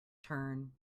turn